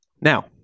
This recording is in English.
Now